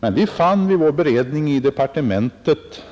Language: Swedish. Men vi fann vid vår beredning av detta ärende i departementet,